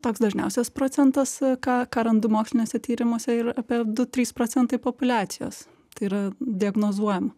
toks dažniausias procentas ką ką randu moksliniuose tyrimuose ir apie du trys procentai populiacijos tai yra diagnozuojama